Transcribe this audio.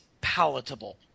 palatable